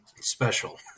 special